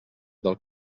del